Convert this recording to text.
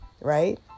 Right